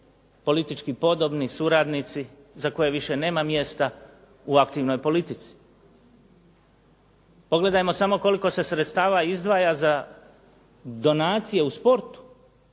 politički podobni suradnici za koje više nema mjesta u aktivnoj politici. Pogledajmo samo koliko se sredstava izdvaja za donacije u sportu